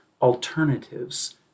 alternatives